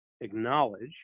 acknowledge